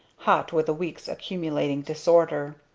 hot, with a week's accumulating disorder.